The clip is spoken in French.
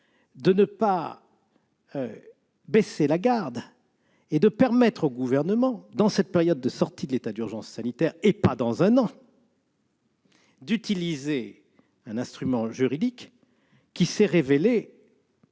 de ne pas baisser la garde, en permettant au Gouvernement, dans cette période de sortie de l'état d'urgence sanitaire et non dans un an, de recourir à un instrument juridique qui s'est révélé,